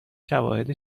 شواهد